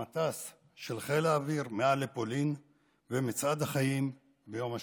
המטס של חייל האוויר מעל לפולין ומצעד החיים ביום השואה.